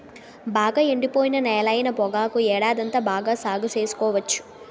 బాగా ఎండిపోయిన నేలైన పొగాకు ఏడాదంతా బాగా సాగు సేసుకోవచ్చు